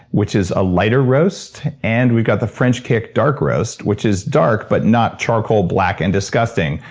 which is a lighter roast, and we've got the french kick dark roast, which is dark, but not charcoal black and disgusting,